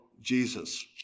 Jesus